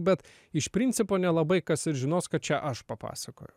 bet iš principo nelabai kas ir žinos kad čia aš papasakojau